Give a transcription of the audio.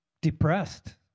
depressed